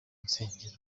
nsengero